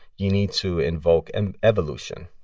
you need to invoke an evolution.